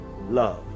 Love